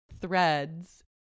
threads